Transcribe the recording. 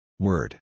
Word